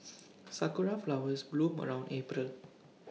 Sakura Flowers bloom around April